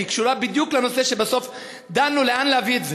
והיא קשורה בדיוק לנושא שבסוף דנו לאן להביא את זה.